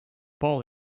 ball